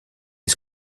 les